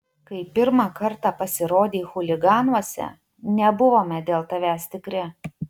kai pirmą kartą pasirodei chuliganuose nebuvome dėl tavęs tikri